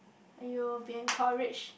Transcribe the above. and you will be encouraged